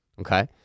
okay